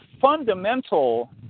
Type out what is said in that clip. fundamental